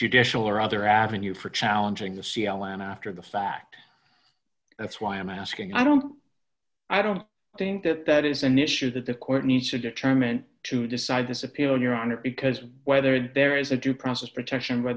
judicial or other avenue for challenging the c l and after the fact that's why i'm asking i don't i don't think that that is an issue that the court needs to determine to decide this appeal in your honor because whether there is a due process protection where